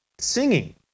singing